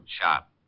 Shot